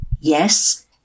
Yes